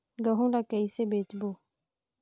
गहूं ला कइसे बेचबो?